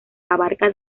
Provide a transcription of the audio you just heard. abarca